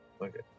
okay